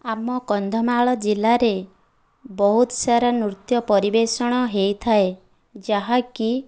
ଆମ କନ୍ଧମାଳ ଜିଲ୍ଲାରେ ବହୁତସାରା ନୃତ୍ୟ ପରିବେଷଣ ହୋଇଥାଏ ଯାହାକି